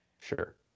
Sure